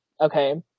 okay